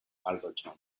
alberton